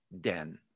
den